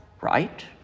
right